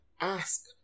ask